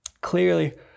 clearly